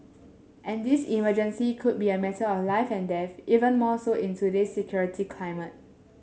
and this emergency could be a matter of life and death even more so in today security climate